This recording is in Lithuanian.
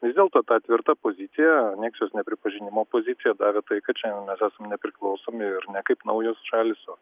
vis dėlto ta tvirta pozicija aneksijos nepripažinimo pozicija davė tai kad šiandien mes nepriklausomi ir ne kaip naujos šalys o